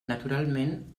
naturalment